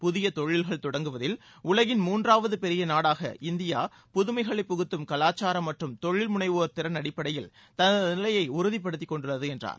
புதிய தொழில்களைத் தொடங்குவதில் உலகின் மூன்றாவது பெரிய நாடாக உள்ள இந்தியா புதுமைகளைப் புகுத்தும் கலாச்சாரம் மற்றும் தொழில் முனைவோர் திறன் அடிப்படையில் தனது நிலையை உறுதிப்படுத்திக் கொண்டுள்ளது என்றார்